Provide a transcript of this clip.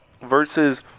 Versus